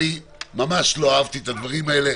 ממש לא אהבתי את הדברים האלה.